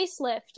facelift